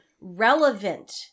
relevant